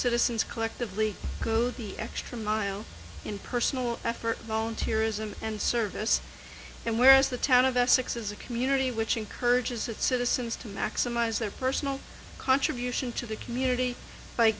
citizens collectively the extra mile in personal effort volunteer ism and service and whereas the town of essex is a community which encourages its citizens to maximise their personal contribution to the community by